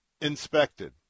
inspected